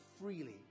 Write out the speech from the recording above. freely